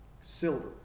silver